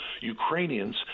Ukrainians